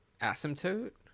Asymptote